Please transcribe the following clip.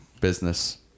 business